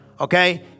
Okay